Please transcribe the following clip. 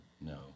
No